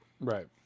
Right